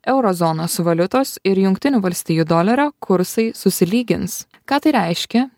euro zonos valiutos ir jungtinių valstijų dolerio kursai susilygins ką tai reiškia